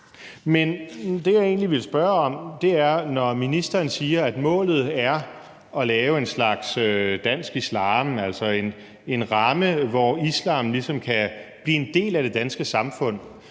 Men det, jeg egentlig vil spørge om, går på det, ministeren siger, om, at målet er at lave en slags dansk islam, altså en ramme, hvor islam ligesom kan blive en del af det danske samfund.